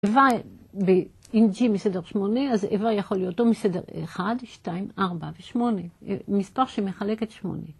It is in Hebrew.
אם G מסדר 8, אז העבר יכול להיות אותו מסדר 1, 2, 4 ו-8, מספר שמחלקת 8.